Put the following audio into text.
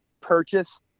purchase